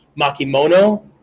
Makimono